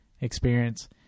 experience